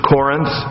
Corinth